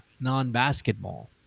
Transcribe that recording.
non-basketball